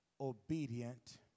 obedient